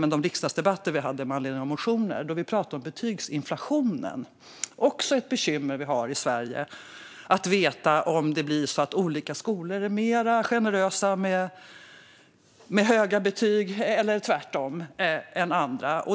I de riksdagsdebatter vi hade med anledning av motioner pratade vi om betygsinflationen. Det är också ett bekymmer vi har i Sverige. Det handlar om att veta om vissa skolor är mer generösa med höga betyg, eller tvärtom, än andra.